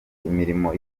imirimo